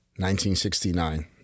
1969